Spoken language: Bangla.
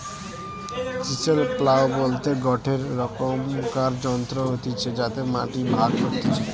চিসেল প্লাও বলতে গটে রকমকার যন্ত্র হতিছে যাতে মাটি ভাগ করতিছে